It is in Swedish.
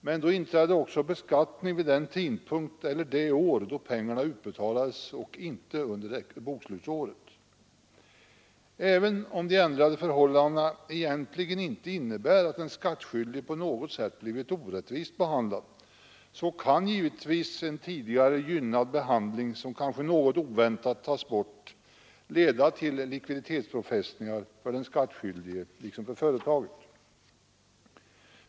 Men då inträdde också beskattning under det år då pengarna betalades ut och inte under bokslutsåret. Även om de ändrade förhållandena egentligen inte innebär att den skattskyldige på något sätt blivit orättvist behandlad, så kan givetvis en tidigare gynnad behandling som kanske något oväntat upphör leda till likviditetspåfrestningar för den skattskyldige liksom för företaget.